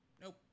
Nope